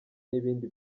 n’ibindi